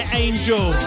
angel